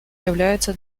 является